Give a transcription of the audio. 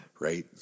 Right